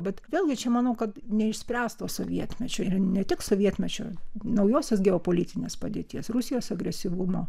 bet vėlgi čia manau kad neišspręsto sovietmečio ne tik sovietmečio naujosios geopolitinės padėties rusijos agresyvumo